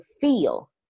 feel